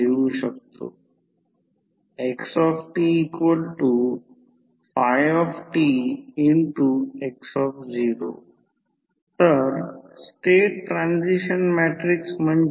उदाहरणार्थ primary side जर ती 100 KB असेल तर सेकंडरी साईड 200 KB असेल तर हे K पेक्षा कमी असल्यास एक स्टेप अप ट्रान्सफॉर्मर आहे